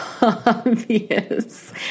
obvious